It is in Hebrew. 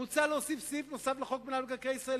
מוצע להוסיף סעיף נוסף לחוק מינהל מקרקעי ישראל,